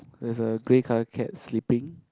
there's a grey colour cat sleeping